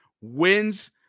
wins